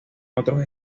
otros